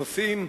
מספר הנוסעים,